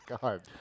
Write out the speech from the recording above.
God